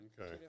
Okay